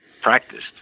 practiced